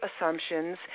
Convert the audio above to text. assumptions